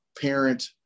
parent